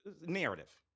narrative